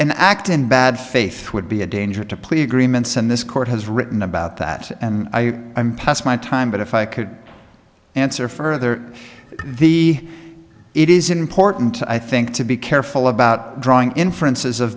an act in bad faith would be a danger to plea agreements and this court has written about that and i passed my time but if i could answer further the it is important i think to be careful about drawing inferences of